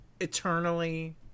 eternally